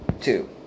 Two